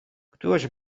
któż